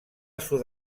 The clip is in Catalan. sud